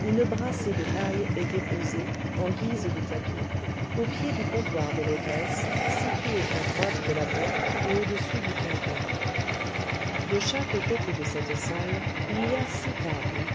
une brassée de paille est déposée en guise de tapis au pied du comptoir de l'ogresse situé à droite de la porte et au-dessous du quinquet de chaque côté de cette salle il y a six tables